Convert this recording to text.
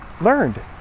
learned